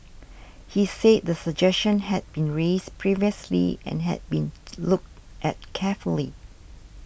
he said the suggestion had been raised previously and had been looked at carefully